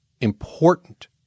important